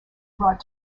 brought